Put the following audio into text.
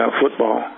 football